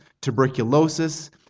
tuberculosis